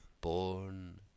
born